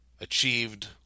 achieved